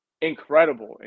incredible